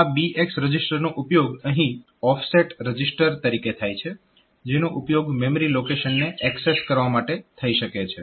તો આ BX રજીસ્ટરનો ઉપયોગ અહીં ઓફસેટ રજીસ્ટર તરીકે થાય છે જેનો ઉપયોગ મેમરી લોકેશનને એક્સેસ કરવા માટે થઈ શકે છે